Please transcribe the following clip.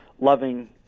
loving